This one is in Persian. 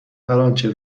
هرآنچه